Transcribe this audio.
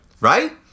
Right